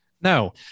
no